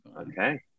Okay